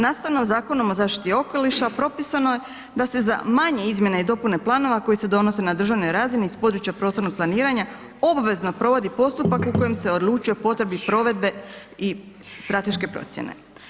Nastavno, Zakonom o zaštiti okoliša propisano je da se za manje izmjene i dopune planova koji se donose na državnoj razini iz područja prostornog planiranja obvezno provodi postupak u kojem se odlučuje o potrebi provedbe i strateške procjene.